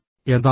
എന്താണത്